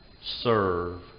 serve